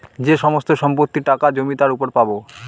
যে সমস্ত সম্পত্তি, টাকা, জমি তার উপর পাবো